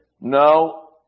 No